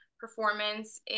performance